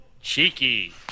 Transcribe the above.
cheeky